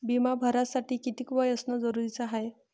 बिमा भरासाठी किती वय असनं जरुरीच हाय?